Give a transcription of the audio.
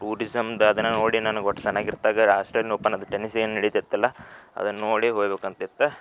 ಟೂರಿಸಮ್ದು ಆ ದಿನ ನೋಡಿ ನನಗೆ ಒಟ್ಟು ಸಣ್ಣಗಿದ್ದಾಗ ಆಸ್ಟ್ರೇಲ್ನ್ ಓಪನ್ ಅದು ಟೆನ್ನಿಸ್ ಏನು ನೆಡೀತಿತ್ತಲ ಅದನ್ನು ನೋಡಿ ಹೊಗ್ಬೇಕ್ ಅಂತಿತ್ತು